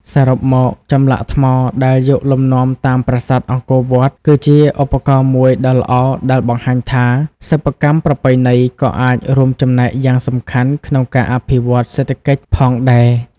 សរុបមក ចម្លាក់ថ្មដែលយកលំនាំតាមប្រាសាទអង្គរវត្ត គឺជាឧទាហរណ៍មួយដ៏ល្អដែលបង្ហាញថា សិប្បកម្មប្រពៃណីក៏អាចរួមចំណែកយ៉ាងសំខាន់ក្នុងការអភិវឌ្ឍសេដ្ឋកិច្ចផងដែរ។